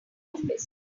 office